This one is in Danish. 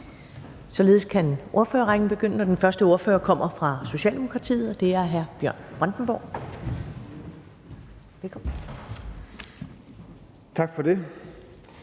Således kan ordførerrækken begynde, og den første ordfører kommer fra Socialdemokratiet, og det er hr. Bjørn Brandenborg. Velkommen. Kl.